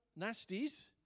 nasties